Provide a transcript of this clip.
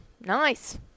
nice